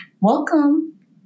welcome